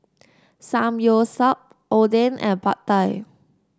Samgyeopsal Oden and Pad Thai